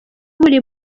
buri